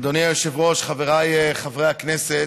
אדוני היושב-ראש, חבריי חברי הכנסת,